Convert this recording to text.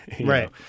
right